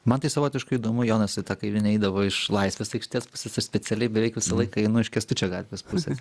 man tai savotiškai įdomu jonas į tą kavinę eidavo iš laisvės aikštės su specialiai beveik visą laiką einu iš kęstučio gatvės pusės